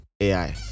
AI